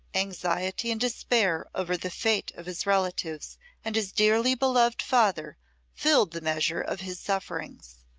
anxiety and despair over the fate of his relatives and his dearly-beloved father filled the measure of his sufferings.